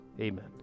amen